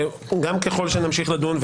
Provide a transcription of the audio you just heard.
שגם ככל שנמשיך לדון,